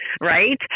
Right